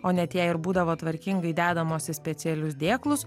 o net jei ir būdavo tvarkingai dedamos į specialius dėklus